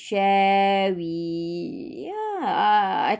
share we yeah uh I